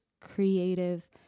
creative